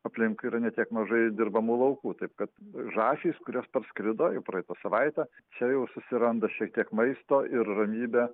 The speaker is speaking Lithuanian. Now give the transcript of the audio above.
aplink yra ne tiek mažai dirbamų laukų taip kad žąsys kurios parskrido jau praeitą savaitę čia jau susiranda šiek tiek maisto ir ramybę